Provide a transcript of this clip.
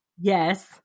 Yes